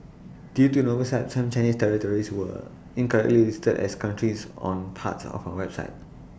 due to an oversight some Chinese territories were incorrectly listed as countries on parts of our website